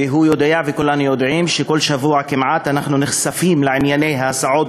והוא יודע וכולנו יודעים שכל שבוע כמעט אנחנו נחשפים לענייני ההסעות,